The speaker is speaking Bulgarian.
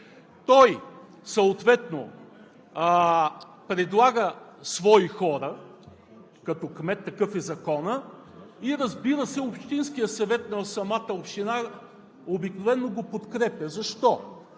Той съответно предлага свои хора като кмет – такъв е Законът, разбира се, общинският съвет на самата община обикновено го подкрепя. Защо?